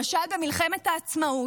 למשל במלחמת העצמאות,